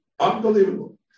Unbelievable